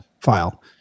file